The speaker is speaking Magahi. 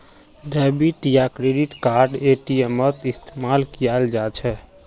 डेबिट या क्रेडिट कार्ड एटीएमत इस्तेमाल कियाल जा छ